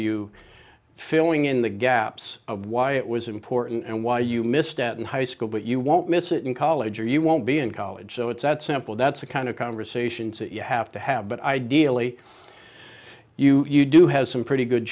you filling in the gaps of why it was important and why you misstep in high school but you won't miss it in college or you won't be in college so it's that simple that's the kind of conversations that you have to have but ideally you do have some pretty good